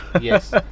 Yes